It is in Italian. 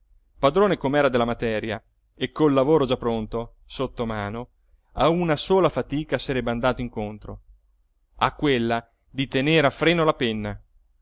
padrone com'era della materia e col lavoro già pronto sotto mano a una sola fatica sarebbe andato incontro a quella di tenere a freno la penna